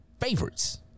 favorites